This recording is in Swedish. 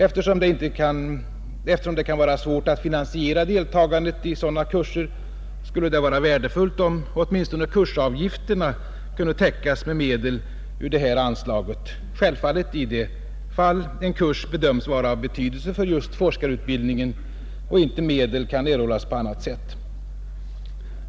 Eftersom det kan vara svårt att finansiera deltagandet i sådana kurser, skulle det vara värdefullt om åtminstone kursavgifterna kunde täckas med medel ur det här anslaget, självfallet när en kurs bedöms vara av betydelse för just forskarutbildningen och medel inte kan erhållas på annat sätt.